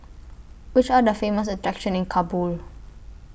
Which Are The Famous attractions in Kabul